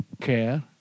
care